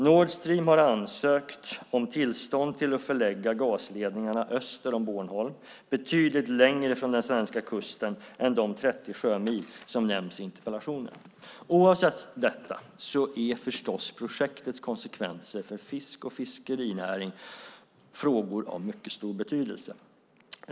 Nord Stream har ansökt om tillstånd att förlägga gasledningarna öster om Bornholm, betydligt längre från den svenska kusten än de 30 sjömil som nämns i interpellationen. Oavsett detta är förstås projektets konsekvenser för fisk och fiskerinäring frågor av stor betydelse.